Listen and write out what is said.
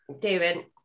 David